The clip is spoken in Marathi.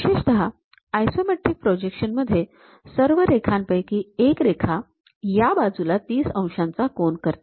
विशेषतः आयसोमेट्रिक प्रोजेक्शन मध्ये सर्व रेखांपैकी एक रेखा या बाजूला ३० अंशाचा कोन करते